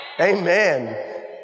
Amen